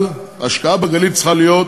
אבל ההשקעה בגליל צריכה להיות